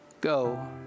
Go